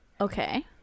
Okay